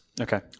Okay